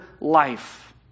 life